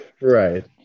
Right